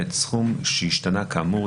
סכום שהשתנה כאמור,